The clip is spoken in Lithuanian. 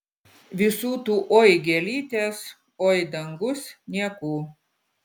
visų tų oi gėlytės oi dangus niekų